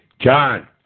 John